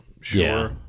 sure